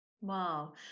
Wow